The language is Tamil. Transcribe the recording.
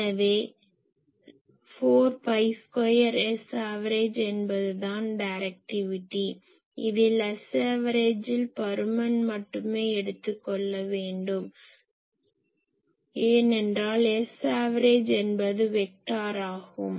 எனவே 4பைr2Saverage எனபதுதான் டைரக்டிவிட்டி இதில் Saverageஇல் பருமன் மட்டும் எடுத்துக்கொள்ள வேண்டும் ஏனென்றால் Saverage என்பது வெக்டார் ஆகும்